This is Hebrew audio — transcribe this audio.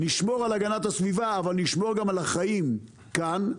נשמור על הגנת הסביבה אבל נשמור גם על החיים כאן,